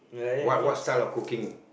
what what style of cooking